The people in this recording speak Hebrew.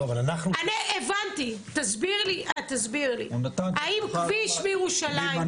תסביר לי האם כביש בירושלים,